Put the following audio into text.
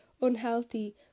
unhealthy